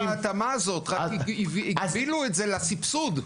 שיעשו את ההתאמה הזאת, הגבילו את זה לסבסוד.